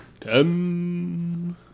ten